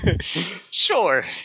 Sure